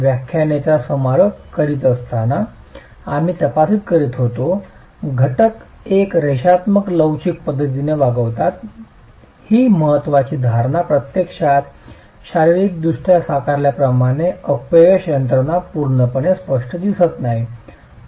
व्याख्यानेचा समारोप करीत असताना आम्ही तपासणी करीत होतो घटक एक रेषात्मक लवचिक पद्धतीने वागतात ही महत्त्वाची धारणा प्रत्यक्षात शारीरिकदृष्ट्या साकारल्याप्रमाणे अपयश यंत्रणा पूर्णपणे स्पष्ट करीत नाही